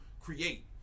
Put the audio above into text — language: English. create